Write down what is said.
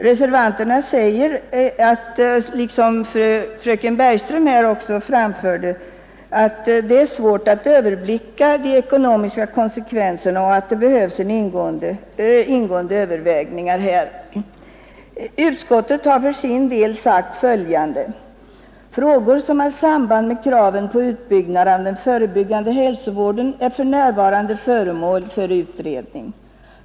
Reservanterna säger liksom fröken Bergström här nyss att det är svårt att överblicka de ekonomiska konsekvenserna och att det behövs ingående överväganden. Utskottet har för sin del uttalat: ”Frågor som har samband med kraven på utbyggnad av den förebyggande hälsovården är för närvarande föremål för utredning.